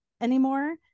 anymore